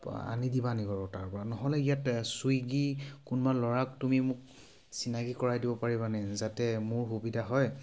আনি দিবা নি বাৰু তাৰপৰা নহ'লে ইয়াত চুইগি কোনোবা ল'ৰাক তুমি মোক চিনাকি কৰাই দিব পাৰিবা নি যাতে মোৰ সুবিধা হয়